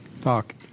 Doc